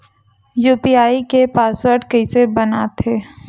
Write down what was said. UPI के password कइसे बनाथे?